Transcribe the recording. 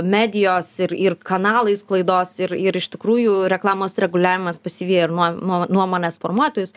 medijos ir ir kanalai sklaidos ir ir iš tikrųjų reklamos reguliavimas pasivijo ir nuo nuomonės formuotojus